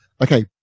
Okay